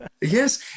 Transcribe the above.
Yes